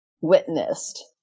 witnessed